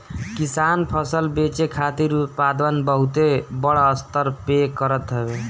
किसान फसल बेचे खातिर उत्पादन बहुते बड़ स्तर पे करत हवे